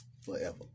forever